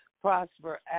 Prosper